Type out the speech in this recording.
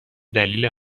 دلیل